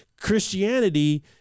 Christianity